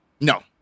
No